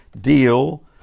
deal